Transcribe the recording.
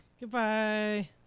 Goodbye